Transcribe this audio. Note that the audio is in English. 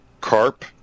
carp